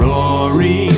Rory